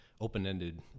open-ended